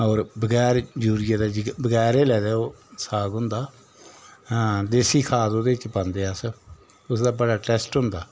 होर बगैर यूरिया दे बगैर हैले दे ओह् साग होन्दा देसी खाद ओह्दे च पांदे अस उसदा बड़ा टेस्ट होंदा